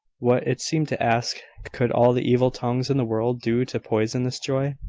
what, it seemed to ask, could all the evil tongues in the world do to poison this joy?